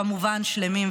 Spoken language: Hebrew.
כמובן, שלמים ובריאים.